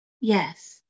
Yes